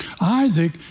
Isaac